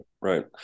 right